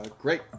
Great